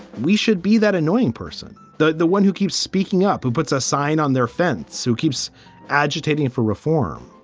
we should be that annoying person, the the one who keeps speaking up and puts a sign on their fence who keeps agitating for reform.